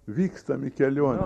vykstam į kelionę